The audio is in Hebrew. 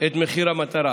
את מחיר המטרה,